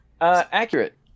Accurate